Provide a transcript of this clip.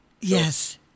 Yes